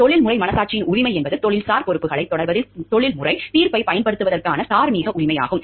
தொழில்முறை மனசாட்சியின் உரிமை என்பது தொழில்சார் பொறுப்புகளைத் தொடர்வதில் தொழில்முறை தீர்ப்பைப் பயன்படுத்துவதற்கான தார்மீக உரிமையாகும்